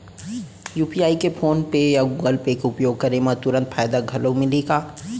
UPI के PhonePe या Google Pay के उपयोग करे म तुरंत फायदा घलो मिलही का?